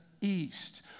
east